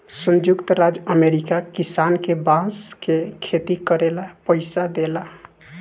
संयुक्त राज्य अमेरिका किसान के बांस के खेती करे ला पइसा देला